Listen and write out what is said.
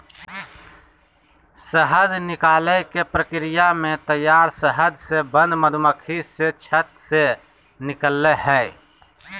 शहद निकालने के प्रक्रिया में तैयार शहद से बंद मधुमक्खी से छत्त से निकलैय हइ